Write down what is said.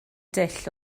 dull